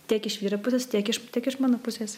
tiek iš vyro pusės tiek iš tiek iš mano pusės